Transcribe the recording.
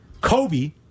Kobe